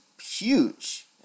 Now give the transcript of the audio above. Huge